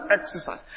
exercise